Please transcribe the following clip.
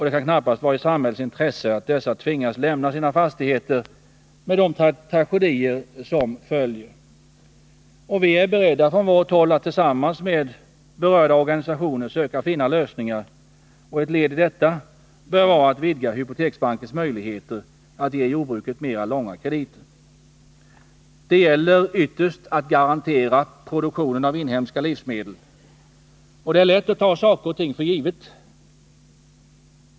Det kan knappast vara i samhällets intresse att dessa jordbrukare tvingas lämna sina fastigheter med de tragedier som därav följer. Vi är på vårt håll beredda att tillsammans med berörda organisationer försöka finna lösningar. Ett led i dessa strävanden bör vara att vidga hypoteksbankens möjligheter att ge jordbruket längre krediter. Det gäller ytterst att garantera produktionen av inhemska livsmedel. Det är lätt att ta saker och ting för givet.